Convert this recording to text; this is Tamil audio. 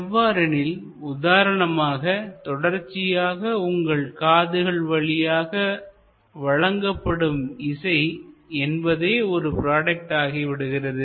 எவ்வாறெனில்உதாரணமாக தொடர்ச்சியாக உங்கள் காதுகள் வழியாக வழங்கப்படும் இசை என்பதே ஒரு ப்ராடக்ட் ஆகிவிடுகிறது